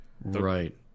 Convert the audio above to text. Right